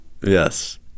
Yes